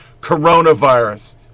coronavirus